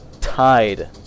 Tied